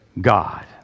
God